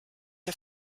der